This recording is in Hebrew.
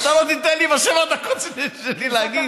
ואתה לא תיתן לי בשבע הדקות שיש לי להגיד?